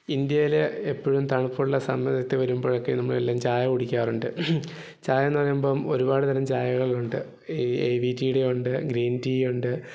ഇന്ത്യയിൽ എപ്പോഴും തണുപ്പുള്ള സമയത്ത് വരുമ്പോഴൊക്കെ നമ്മൾ എല്ലാം ചായ കുടിക്കാറുണ്ട് ചായ എന്ന് പറയുമ്പം ഒരുപാട് തരം ചായകൾ ഉണ്ട് ഈ എ വി ടിയുടെ ഉണ്ട് ഗ്രീൻ ടീ ഉണ്ട്